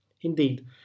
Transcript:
Indeed